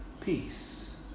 Peace